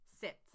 sit